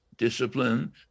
Discipline